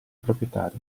proprietari